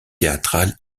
théâtrales